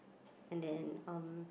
and then um